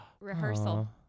Rehearsal